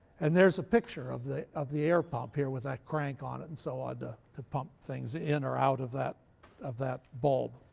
and there's a picture of the of the air pump here with that crank on it, and so on ah and to pump things in or out of that of that bulb.